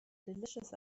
delicious